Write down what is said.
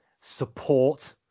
support